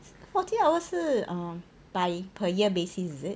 forty hour 是 by per year basis is it